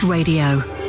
Radio